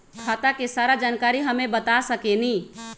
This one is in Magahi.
खाता के सारा जानकारी हमे बता सकेनी?